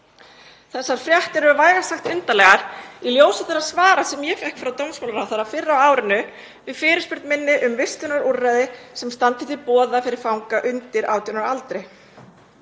Þessar fréttir eru vægast sagt undarlegar í ljósi þeirra svara sem ég fékk frá dómsmálaráðherra fyrr á árinu við fyrirspurn minni um vistunarúrræði sem standa til boða fyrir fanga undir 18 ára aldri.